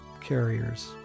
carriers